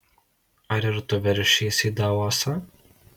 ar ir tu veršiesi į davosą